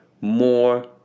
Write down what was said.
more